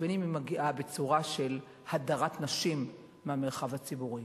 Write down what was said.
ובין אם היא מגיעה בצורה של הדרת נשים מהמרחב הציבורי.